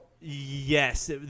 yes